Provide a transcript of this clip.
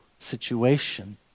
situation